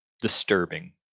disturbing